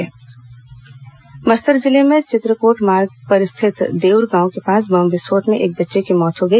विस्फोट मौत बस्तर जिले में चित्रकोट मार्ग पर स्थित देउरगांव के पास बम विस्फोट से एक बच्चे की मौत हो गई